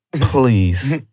please